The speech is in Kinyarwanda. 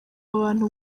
abantu